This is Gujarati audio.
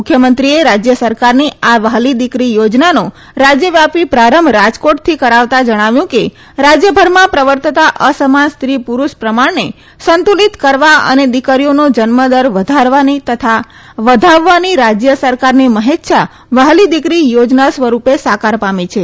મુખ્યમંત્રીશ્રીએ રાજ્ય સરકારની આ વ્હાલી દિકરી યોજનાનો રાજ્યવ્યાપી પ્રારંભ રાજકોટથી કરાવતાં જણાવ્યું કે રાજયભરમાં પ્રવર્તતા અસમાન સ્ત્રી પુરૂષ પ્રમાણને સંતુલિત કરવા અને દીકરીઓનો જન્મદર વધારવાની તથા વધાવવાની રાજય સરકારની મહેચ્છા વ્હાલી દીકરી યોજના સ્વરૂપે સાકાર પામી છે